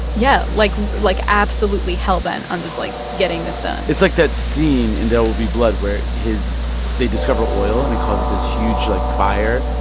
yeah, like like absolutely hellbent on just, like, getting this done it's like that scene in there will be blood where his they discover oil and it causes this huge, like, fire.